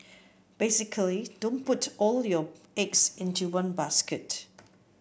basically don't put all your eggs into one basket